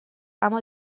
اما